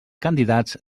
candidats